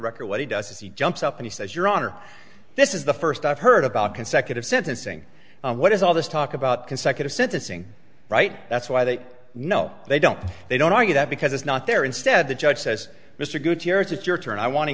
record what he does is he jumps up and he says your honor this is the first i've heard about consecutive sentencing what is all this talk about consecutive sentencing right that's why they know they don't they don't argue that because it's not there instead the judge says mr gutierrez it's your turn i want to